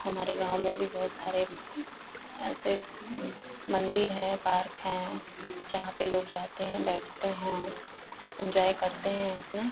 हमारे गाँव में भी बहुत सारे ऐसे मंदिर हैं पार्क हैं जहाँ पर लोग जाते हैं बैठते हैं इन्जॉय करते हैं अपना